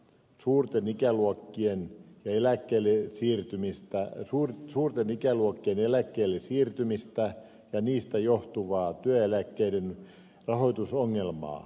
suurten ikäluokkien eläkkeelle siirtymistä ja lyhyyttä suurten ikäluokkien eläkkeelle siirtymistä ja siitä johtuvaa työeläkkeiden rahoitusongelmaa